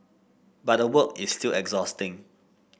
but the work is still exhausting